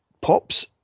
pops